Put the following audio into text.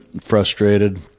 frustrated